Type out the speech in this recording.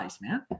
man